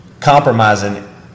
compromising